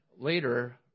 later